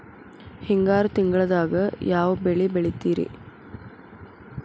ಹಿಂಗಾರು ತಿಂಗಳದಾಗ ಯಾವ ಬೆಳೆ ಬೆಳಿತಿರಿ?